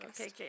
Okay